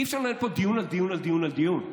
אי-אפשר לנהל פה דיון על דיון על דיון על דיון.